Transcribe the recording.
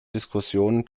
diskussionen